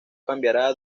cambiará